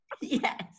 Yes